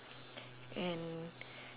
and